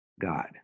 God